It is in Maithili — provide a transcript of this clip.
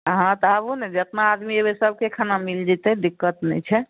हँ तऽ आबू ने जेतना आदमी एबै सबके खाना मिल जेतै दिक्कत नहि छै